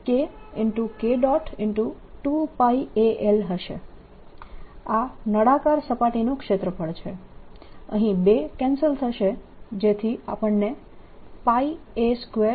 2al હશે આ નળાકાર સપાટીનું ક્ષેત્રફળ છે અહીં 2 કેન્સલ થશે જેથી આપણને a20K K